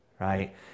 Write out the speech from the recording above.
right